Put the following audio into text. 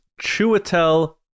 Chuatel